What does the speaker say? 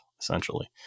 essentially